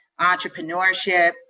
entrepreneurship